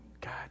God